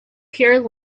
pure